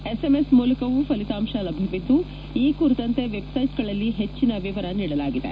ಎಸ್ಎಂಬಸ್ ಮೂಲಕವೂ ಕಲಿತಾಂತ ಲಭ್ಯವಿದ್ದು ಈ ಕುಂತಂತ ವೆದ್ಸೈಟ್ಗಳಲ್ಲಿ ವೆಚ್ಚಿನ ವಿವರ ನೀಡಲಾಗಿದೆ